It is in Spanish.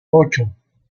ocho